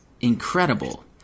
incredible